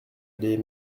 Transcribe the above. les